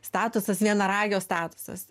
statusas vienaragio statusas